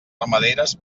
ramaderes